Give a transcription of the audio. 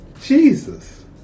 Jesus